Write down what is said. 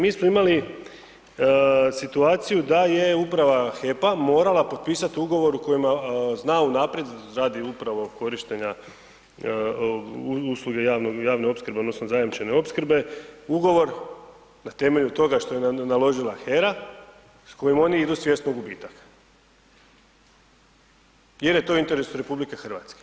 Mi smo imali situaciju da je uprava HEP-a morala potpisati ugovor u kojima zna unaprijed radi upravo korištenja usluge javne opskrbe odnosno zajamčene opskrbe, ugovor na temelju toga što je naložila HERA s kojim oni idu svjesno u gubitak jer je to u interesu RH.